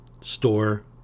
store